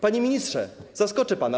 Panie ministrze, zaskoczę pana.